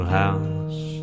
house